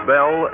Bell